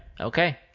okay